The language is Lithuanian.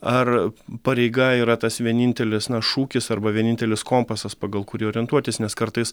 ar pareiga yra tas vienintelis šūkis arba vienintelis kompasas pagal kurį orientuotis nes kartais